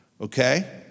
Okay